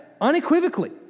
unequivocally